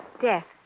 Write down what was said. Death